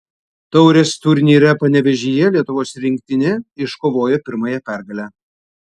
taurės turnyre panevėžyje lietuvos rinktinė iškovojo pirmąją pergalę